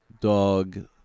dog